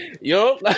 yo